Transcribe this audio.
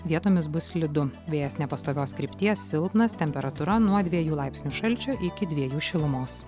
vietomis bus slidu vėjas nepastovios krypties silpnas temperatūra nuo dviejų laipsnių šalčio iki dviejų šilumos